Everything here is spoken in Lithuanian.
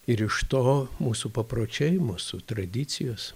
ir iš to mūsų papročiai mūsų tradicijos